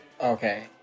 Okay